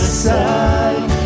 side